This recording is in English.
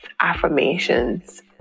affirmations